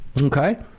Okay